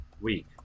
week